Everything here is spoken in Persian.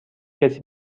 کسی